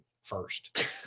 first